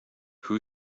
who